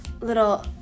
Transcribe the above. little